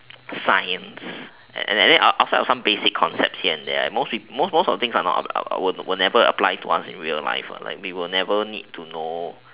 science and then and then after of some basic concept here and there right most most of the things are not will never apply to us in real life like we will never need to know